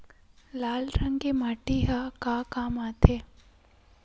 लाल रंग के माटी ह का काम आथे?